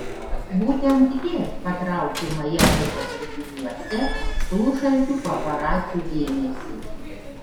būtent ji patraukė majamio paplūdimiuose plušančių paparacių dėmesį